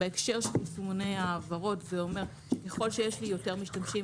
בהקשר של יישומוני ההעברות זה אומר שככול שיש לי יותר משתמשים,